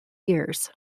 years